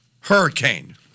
hurricane